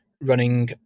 running